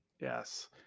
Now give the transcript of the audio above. Yes